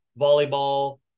volleyball